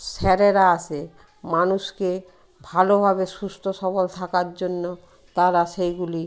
স্যারেরা আসে মানুষকে ভালোভাবে সুস্থ সবল থাকার জন্য তারা সেইগুলি